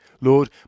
Lord